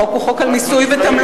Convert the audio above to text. החוק הוא חוק על מיסוי ותמלוגים.